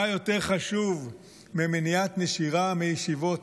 מה יותר חשוב ממניעת נשירה מישיבות?